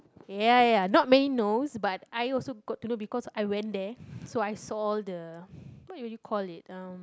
ya ya not many knows but I also got to know because I went there so I saw the what will you call it um